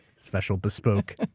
special bespoke.